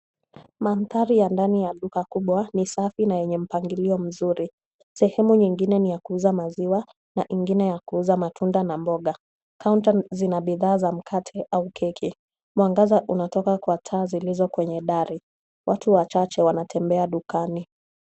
Mandhari ya ndani ya duka kubwa ni safi na yenye mpangilio mzuri. Sehemu nyingine ni ya kuuza maziwa na ingine ya kuuza matunda na mboga. Kaunta zina bidhaa za mkate au keki. Mwangaza unatoka kwa taa zilizo kwenye dari. Watu wachache wanatembea dukani.